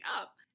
up